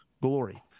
glory